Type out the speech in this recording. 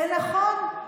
זה נכון,